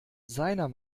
seiner